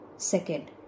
Second